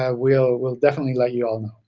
ah we'll we'll definitely let you all